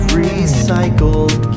recycled